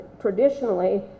traditionally